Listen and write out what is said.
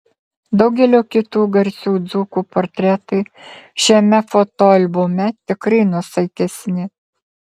daugelio kitų garsių dzūkų portretai šiame fotoalbume tikrai nuosaikesni